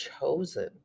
chosen